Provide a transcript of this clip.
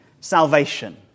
salvation